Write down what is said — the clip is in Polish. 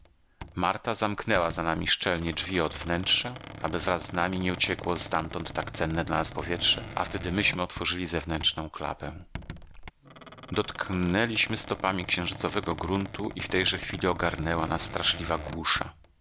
marta zamknęła za nami szczelnie drzwi od wnętrza aby wraz z nami nie uciekło ztamtąd tak cenne dla nas powietrze a wtedy myśmy otworzyli zewnętrzną klapę dotknęliśmy stopami księżycowego gruntu i w tejże chwili ogarnęła nas straszliwa głusza